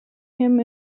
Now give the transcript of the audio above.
him